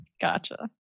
gotcha